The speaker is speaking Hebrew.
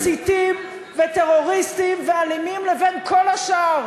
מסיתים וטרוריסטים ואלימים לבין כל השאר,